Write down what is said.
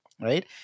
right